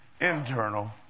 internal